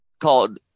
called